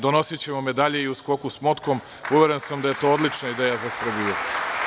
Donosiće vam medalje i u skoku s motkom, uveren sam da je to odlična ideja za Srbiju.